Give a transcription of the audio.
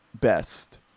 best